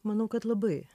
manau kad labai